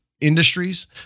industries